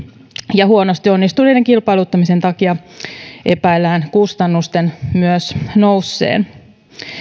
ja huonosti onnistuneiden kilpailuttamisten takia epäillään kustannusten myös nousseen